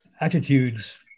attitudes